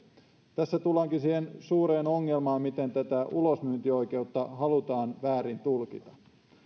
tässä tullaankin siihen suureen ongelmaan että miten tätä ulosmyyntioikeutta halutaan väärin tulkita